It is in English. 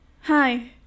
Hi